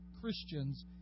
Christians